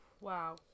Wow